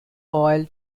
oil